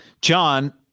John